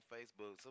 Facebook